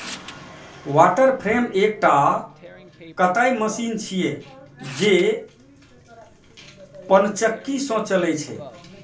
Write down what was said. water frame एकटा कताइ machine छियै, जे पनचक्की सं चलै छै